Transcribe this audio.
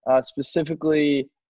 specifically